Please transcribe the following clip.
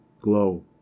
glow